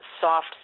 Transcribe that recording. soft